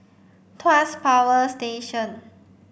Tuas Power Station